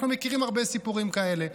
אנחנו מכירים הרבה סיפורים כאלה.